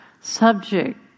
subject